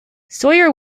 sawyer